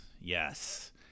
Yes